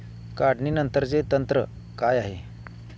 काढणीनंतरचे तंत्र काय आहे?